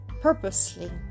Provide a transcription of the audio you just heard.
purposely